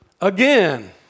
Again